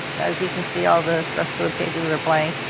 as you can see, all the rest of the pages and are blank.